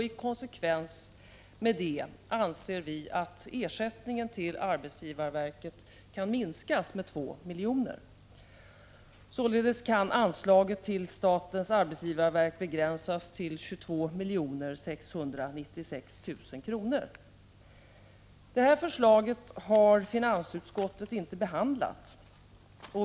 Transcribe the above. I konsekvens med det anser vi att ersättningen till arbetsgivarverket kan minskas med 2 milj.kr. Således kan anslaget till statens arbetsgivarverk begränsas till 22 696 000 kr. Detta förslag har finansutskottet inte behandlat.